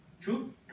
True